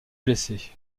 blessés